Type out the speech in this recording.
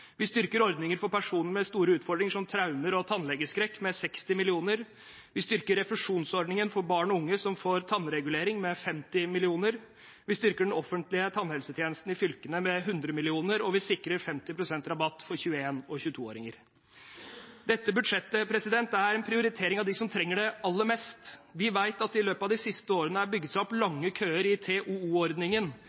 Vi styrker ordninger for personer med store utfordringer, som traumer og tannlegeskrekk, med 60 mill. kr. Vi styrker refusjonsordningen for barn og unge som får tannregulering, med 50 mill. kr. Vi styrker den offentlige tannhelsetjenesten i fylkene med 100 mill. kr. Og vi sikrer 50 pst. rabatt for 21- og 22-åringer. Dette budsjettet er en prioritering av dem som trenger det aller mest. Vi vet at det i løpet av de siste årene har bygget seg opp lange køer i